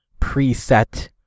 preset